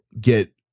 get